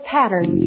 pattern